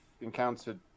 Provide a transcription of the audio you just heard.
encountered